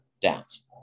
downs